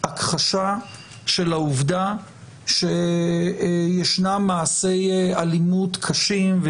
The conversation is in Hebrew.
הכחשה של העובדה שישנם מעשי אלימות קשים,